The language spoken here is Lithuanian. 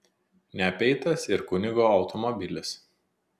neapeitas ir kunigo automobilis